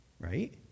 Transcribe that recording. right